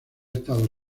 estado